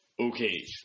Okay